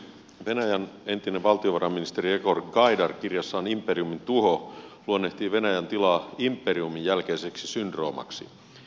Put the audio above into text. venäjän entinen valtiovarainministeri jegor gaidar kirjassaan imperiumin tuho luonnehtii venäjän tilaa imperiumin jälkeiseksi syndroomaksi